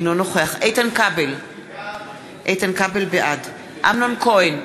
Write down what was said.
אינו נוכח איתן כבל, בעד אמנון כהן,